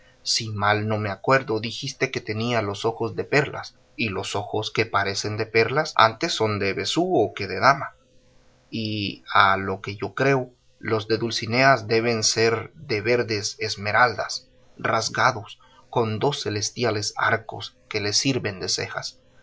si mal no me acuerdo dijiste que tenía los ojos de perlas y los ojos que parecen de perlas antes son de besugo que de dama y a lo que yo creo los de dulcinea deben ser de verdes esmeraldas rasgados con dos celestiales arcos que les sirven de cejas